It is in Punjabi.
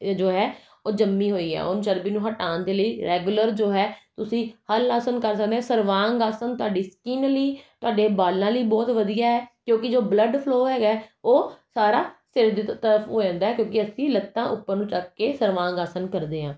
ਅ ਜੋ ਹੈ ਉਹ ਜੰਮੀ ਹੋਈ ਹੈ ਉਹਨੂੰ ਚਰਬੀ ਨੂੰ ਹਟਾਉਣ ਦੇ ਲਈ ਰੈਗੂਲਰ ਜੋ ਹੈ ਤੁਸੀਂ ਹਲ ਆਸਨ ਕਰ ਸਕਦੇ ਹਾਂ ਸਰਵਾਂਗ ਆਸਨ ਤੁਹਾਡੀ ਸਕਿੰਨ ਲਈ ਤੁਹਾਡੇ ਵਾਲਾਂ ਲਈ ਬਹੁਤ ਵਧੀਆ ਕਿਉਂਕਿ ਜੋ ਬਲੱਡ ਫਲੋ ਹੈਗਾ ਉਹ ਸਾਰਾ ਸਿਰ ਦੇ ਤਰਫ ਹੋ ਜਾਂਦਾ ਕਿਉਂਕਿ ਅਸੀਂ ਲੱਤਾਂ ਉੱਪਰ ਨੂੰ ਚੱਕ ਕੇ ਸਰਵਾਂਗ ਆਸਨ ਕਰਦੇ ਹਾਂ